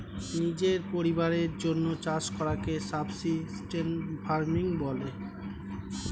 নিজের পরিবারের জন্যে চাষ করাকে সাবসিস্টেন্স ফার্মিং বলে